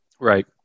Right